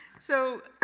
so,